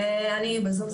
אני בזום,